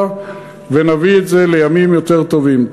ונביא את זה לימים יותר טובים.